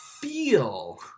feel